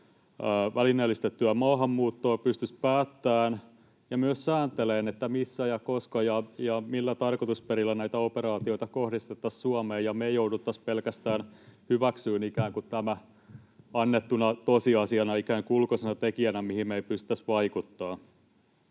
välineellistettyä maahanmuuttoa, pystyisi päättämään ja myös sääntelemään, missä ja koska ja millä tarkoitusperillä näitä operaatioita kohdistettaisiin Suomeen, ja me jouduttaisiin pelkästään hyväksymään tämä ikään kuin annettuna tosiasiana, ikään kuin ulkoisena tekijänä, mihin me ei pystyttäisi vaikuttamaan.